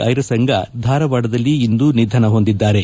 ಐರಸಂಗ ಧಾರವಾಡದಲ್ಲಿ ಇಂದು ನಿಧನ ಹೊಂದಿದ್ದಾರೆ